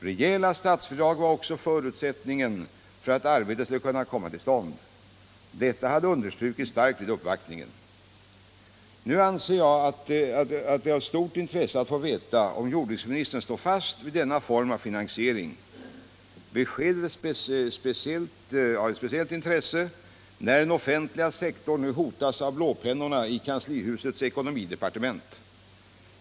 Rejäla statsbidrag var också förutsättningen för att arbetet skulle kunna komma till stånd. Detta hade understrukits starkt vid uppvaktningen. Nu anser jag att det är av stort intresse att få veta om jordbruksministern står fast vid denna form av finansiering. Beskedet är av speciellt intresse när den offentliga sektorn nu hotas av blåpennorna i kanslihusets ekonomidepartement.